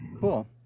Cool